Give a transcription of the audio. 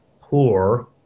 poor